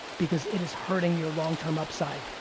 because it is hurting your longterm upside.